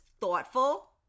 thoughtful